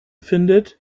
findet